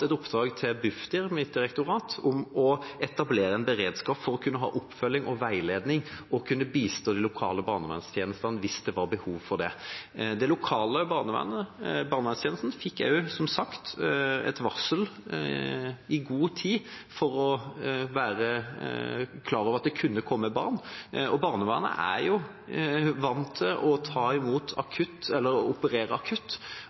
et oppdrag, til Bufdir – mitt direktorat – om å etablere en beredskap for å kunne ha oppfølging og veiledning og bistå de lokale barnevernstjenestene hvis det var behov for det. Det lokale barnevernet – barnevernstjenesten – fikk som sagt et varsel i god tid for å være klar over at det kunne komme barn. Barnevernet er vant til å ta imot akutt